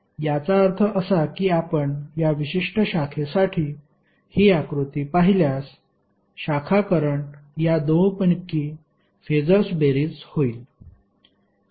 याचा अर्थ असा की आपण या विशिष्ट शाखेसाठी हि आकृती पाहिल्यास शाखा करंट या दोनपैकी फेसर्स बेरीज होईल